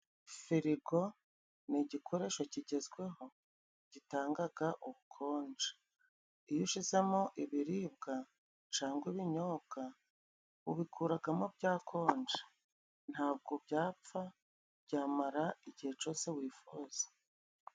Firigo ni igikoresho kigezweho gitangaga ubukonje ,iyo ushizemo ibiribwa cangwa ibinyobwa ubikuragamo byakonje ntabwo byapfa ,byamara igihe cose wifuza.